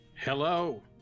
Hello